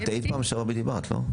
את היית פעם שעברה ודיברת, לא?